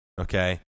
okay